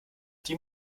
die